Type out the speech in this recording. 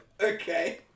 Okay